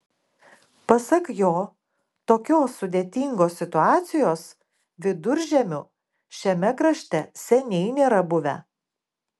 pasak jo tokios sudėtingos situacijos viduržiemiu šiame krašte seniai nėra buvę